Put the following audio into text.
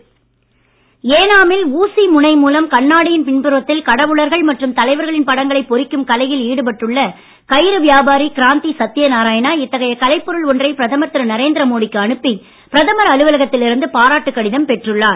ஏனாம் ஏனாமில் ஊசி முனை மூலம் கண்ணாடியின் பின்புறத்தில் கடவுளர்கள் மற்றும் தலைவர்களின் படங்களை பொறிக்கும் கலையில் ஈடுபட்டுள்ள கயிறு வியாபாரி கிராந்தி சத்தியநாராயணா இத்தகைய கலைப் பொருள் ஒன்றை பிரதமர் திரு நரேந்திர மோடிக்கு அனுப்பி பிரதமர் அலுவலகத்தில் இருந்து பாராட்டுக் கடிதம் பெற்றுள்ளார்